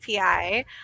API